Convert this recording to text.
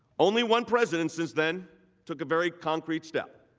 only one president since then took a very concrete step.